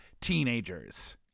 teenagers